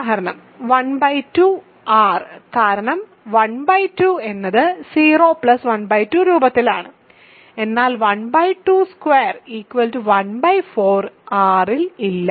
ഉദാഹരണം 12 R കാരണം 12 എന്നത് 0 12 രൂപത്തിലാണ് എന്നാൽ ½2 ¼ R ഇൽ ഇല്ല